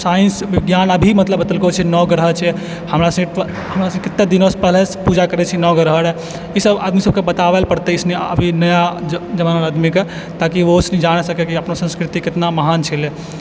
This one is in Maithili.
साइन्स विज्ञान अभी मतलब बतेलको छै नव ग्रह छै हमरा सबके केतना दिनो से पहिले से पूजा करै छी नवग्रहके ई सब आदमी सबके बताबेला पड़तै ई सब नया जवान आदमीके ताकि ओ जानि सकै कि अपनो संस्कृति केतना महान छलै